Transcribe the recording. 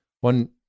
One